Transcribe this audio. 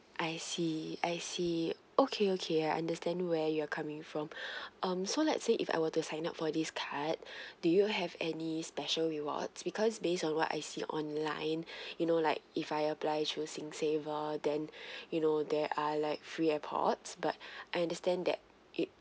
I see I see okay okay I understand where you're coming from um so let's say if I were to sign up for this card do you have any special rewards because based on what I see online you know like if I apply through singsaver then you know there are like free airpods but I understand that it